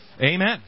Amen